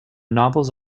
novels